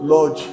Lord